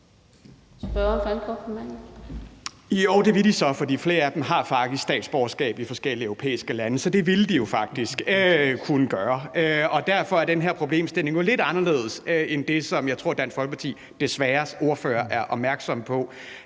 Jo, det vil de så, for flere af dem har faktisk statsborgerskab i forskellige europæiske lande. Så det vil de jo faktisk kunne gøre. Derfor er den her problemstilling lidt anderledes end det, som jeg tror Dansk Folkepartis ordfører er opmærksom på,